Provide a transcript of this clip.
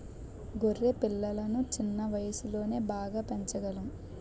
గొర్రె పిల్లలను చిన్న వయసులోనే బాగా పెంచగలం